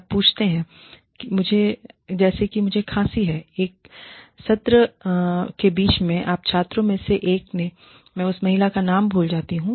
आप पूछते हैं जैसे कि मुझे खांसी है एक सत्र के बीच मेंआप छात्रों में से किसी एक ने मैं उस महिला का नाम भूल जाती हूं